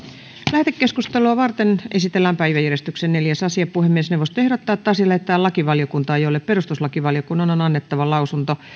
lähetekeskustelua varten esitellään päiväjärjestyksen neljäs asia puhemiesneuvosto ehdottaa että asia lähetetään lakivaliokuntaan jolle perustuslakivaliokunnan on annettava lausunto